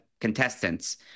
contestants